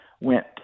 went